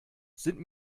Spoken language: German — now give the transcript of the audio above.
sind